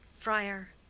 friar.